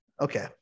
Okay